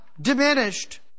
diminished